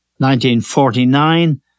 1949